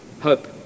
Hope